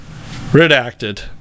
redacted